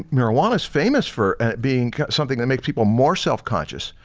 marijuana is famous for being something that makes people more self-conscious.